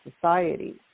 society